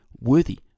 worthy